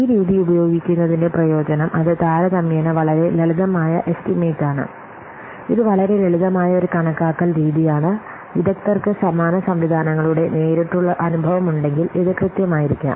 ഈ രീതി ഉപയോഗിക്കുന്നതിന്റെ പ്രയോജനം അത് താരതമ്യേന വളരെ ലളിതമായ എസ്റ്റിമേറ്റാണ് ഇത് വളരെ ലളിതമായ ഒരു കണക്കാക്കൽ രീതിയാണ് വിദഗ്ദ്ധർക്ക് സമാന സംവിധാനങ്ങളുടെ നേരിട്ടുള്ള അനുഭവമുണ്ടെങ്കിൽ ഇത് കൃത്യമായിരിക്കാം